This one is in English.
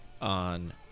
on